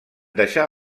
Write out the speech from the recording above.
deixar